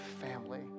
family